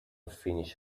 finish